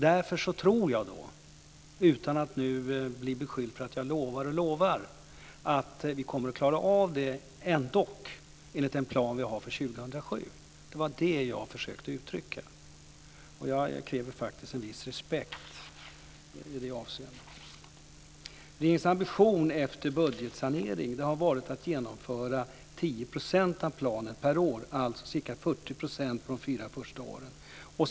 Därför tror jag, utan att behöva bli beskylld för att lova och lova, att vi ändå kommer att klara av det enligt den plan vi har för 2007. Det var det jag försökte uttrycka. Jag kräver faktiskt en viss respekt i det avseendet. Regeringens ambition efter budgetsanering har varit att genomföra 10 % av planen per år, alltså ca 40 % de fyra första åren.